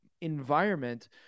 environment